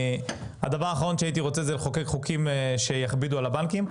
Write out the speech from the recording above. הדבר האחרון שהייתי רוצה זה לחוקק חוקים שיכבידו על הבנקים.